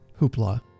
Hoopla